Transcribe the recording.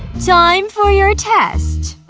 time for your test